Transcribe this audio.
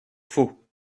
faut